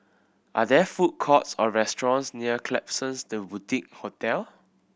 are there food courts or restaurants near Klapsons The Boutique Hotel